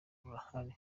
rurahari